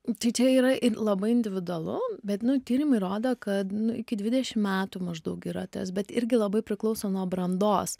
tai čia yra ir labai individualu bet nu tyrimai rodo kad nu iki dvidešim metų maždaug yra tas bet irgi labai priklauso nuo brandos